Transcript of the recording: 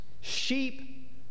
Sheep